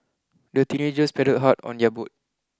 the teenagers paddled hard on their boat